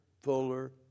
fuller